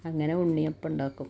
അങ്ങനെ ഉണ്ണിയപ്പമുണ്ടാക്കും